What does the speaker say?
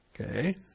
Okay